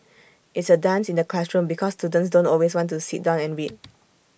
it's A dance in the classroom because students don't always want to sit down and read